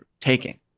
taking